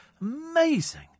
Amazing